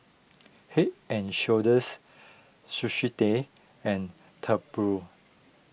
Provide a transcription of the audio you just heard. Head and Shoulders Sushi Tei and Tempur